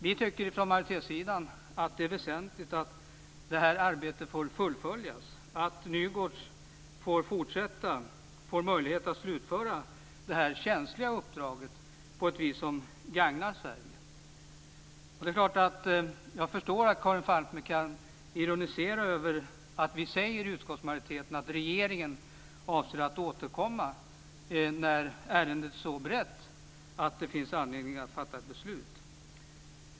Vi tycker från majoritetssidan att det är väsentligt att det här arbetet får fullföljas och att Nygårds får möjlighet att slutföra sitt känsliga uppdrag på ett vis som gagnar Sverige. Jag förstår att Karin Falkmer kan ironisera över att vi i utskottsmajoriteten uttalar att regeringen avser att återkomma när ärendet är så berett att det finns anledning att fatta ett beslut.